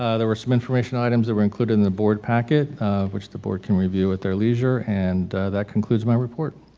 ah there were some informational items that were included in the board packet which the board can review at their leisure and that concludes my report.